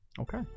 Okay